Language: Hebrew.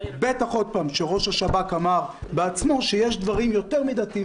בטח כשראש השב"כ אמר בעצמו שיש דברים יותר מידתיים